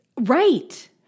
right